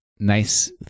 Nice